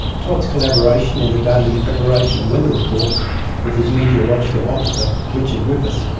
todd's collaboration in the daily preparation of weather reports with his meteorological officer, richard griffiths,